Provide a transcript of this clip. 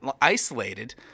isolated